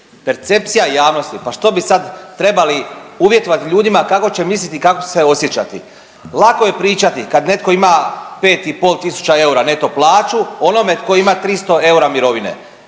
Percepcija javnosti, pa što bi sad trebali uvjetovati ljudima kako će misliti i kako će se osjećati. Lako je pričati kad netko ima 5,5 tisuća eura neto plaću onome tko ima 300 eura mirovine,